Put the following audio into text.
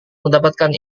mendapatkan